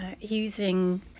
using